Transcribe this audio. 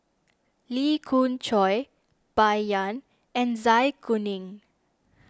Lee Khoon Choy Bai Yan and Zai Kuning